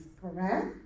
Correct